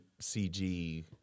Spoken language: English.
CG